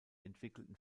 entwickelten